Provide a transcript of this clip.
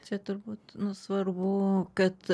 čia turbūt svarbu kad